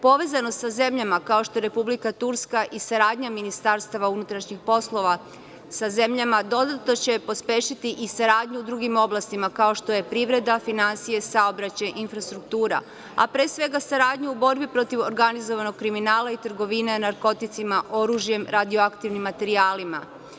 Povezanost sa zemljama kao što je Republika Turska i saradnja MUP sa zemljama, dodatno će pospešiti i saradnju u drugim oblastima, kao što je privreda, finansije, saobraćaj i infrastruktura, a pre svega saradnja u borbi protiv organizovanog kriminala i trgovine narkoticima, oružjem, radioaktivnim materijalima.